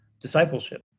discipleship